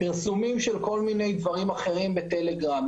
פרסומים של כל מיני דברים אחרים בטלגרם,